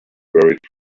buried